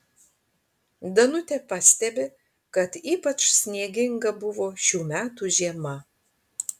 danutė pastebi kad ypač snieginga buvo šių metų žiema